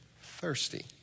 thirsty